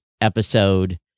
episode